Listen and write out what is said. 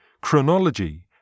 chronology